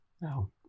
no